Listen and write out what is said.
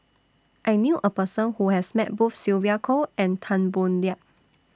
I knew A Person Who has Met Both Sylvia Kho and Tan Boo Liat